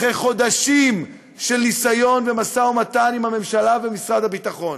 אחרי חודשים של ניסיון ומשא ומתן עם הממשלה ומשרד הביטחון.